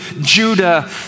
Judah